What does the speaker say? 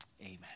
Amen